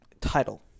title